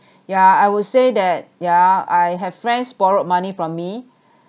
yeah I would say that yeah I have friends borrowed money from me